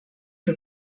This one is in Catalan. que